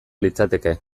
litzateke